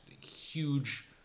Huge